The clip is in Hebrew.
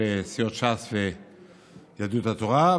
של סיעות ש"ס ויהדות התורה,